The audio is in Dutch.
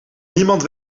niemand